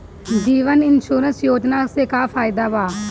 जीवन insurance योजना से का फायदा बा?